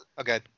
Okay